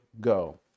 go